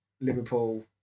Liverpool